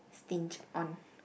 stinge on